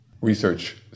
research